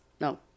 no